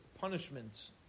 punishments